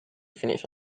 finish